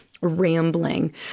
rambling